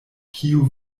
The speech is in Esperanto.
kiu